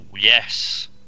yes